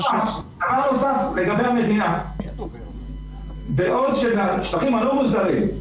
לגבי המדינה, בעוד שנה, בשטחים הלא מוסדרים,